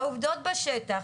העובדות בשטח,